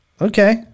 Okay